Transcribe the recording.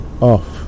off